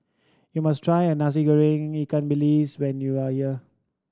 you must try a Nasi Goreng ikan bilis when you are here